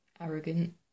Arrogant